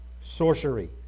sorcery